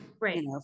Right